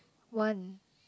one